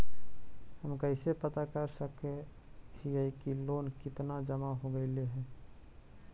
हम कैसे पता कर सक हिय की लोन कितना जमा हो गइले हैं?